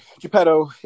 Geppetto